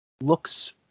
looks